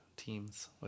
teams